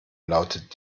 lautet